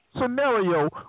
scenario